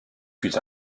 fut